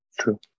true